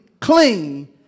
clean